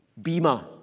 bima